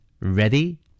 Ready